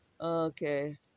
okay